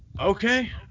Okay